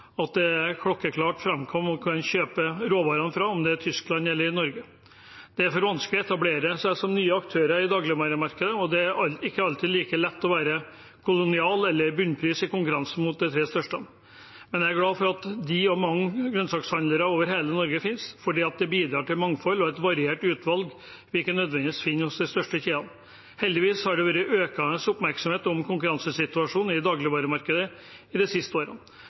at det klokkeklart framgår hvem de kjøper råvarer fra, om det er Tyskland eller Norge. Det er for vanskelig å etablere seg som ny aktør i dagligvaremarkedet, og det er ikke alltid like lett å være kolonial eller Bunnpris i konkurranse med de tre største. Men jeg er glad for at de og mange grønnsakshandlere over hele Norge finnes, for de bidrar til mangfold og et variert utvalg som vi ikke nødvendigvis finner hos de største kjedene. Heldigvis har det vært økende oppmerksomhet om konkurransesituasjonen i dagligvaremarkedet de siste årene.